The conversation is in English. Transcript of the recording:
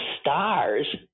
stars